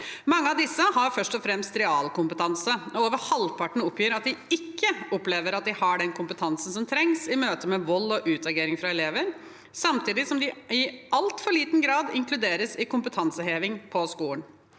Mange av disse har først og fremst realkompetanse, og over halvparten oppgir at de ikke opplever at de har den kompetansen som trengs i møte med vold og utagering fra elever, samtidig som de i altfor liten grad inkluderes i kompetanseheving på skolen.